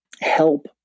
help